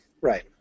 right